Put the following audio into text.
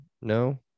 No